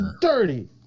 dirty